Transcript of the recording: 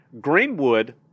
Greenwood